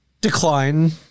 decline